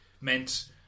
meant